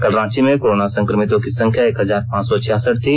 कल रांची में कोरोना संक्रमितों की संख्या एक हजार पांच सौ छियासठ थी